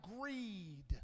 greed